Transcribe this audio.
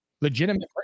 legitimate